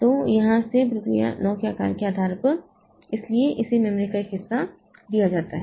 तो यहां से प्रक्रिया 9 के आकार के आधार पर इसलिए इसे मेमोरी का एक हिस्सा दिया जाता है